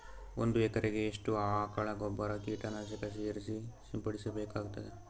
ಒಂದು ಎಕರೆಗೆ ಎಷ್ಟು ಆಕಳ ಗೊಬ್ಬರ ಕೀಟನಾಶಕ ಸೇರಿಸಿ ಸಿಂಪಡಸಬೇಕಾಗತದಾ?